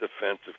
defensive